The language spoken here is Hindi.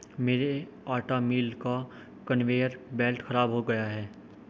मेरे आटा मिल का कन्वेयर बेल्ट खराब हो गया है